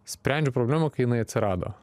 sprendžiu problemą kai jinai atsirado